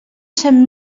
cent